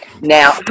Now